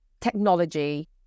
technology